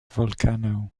volcano